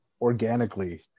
organically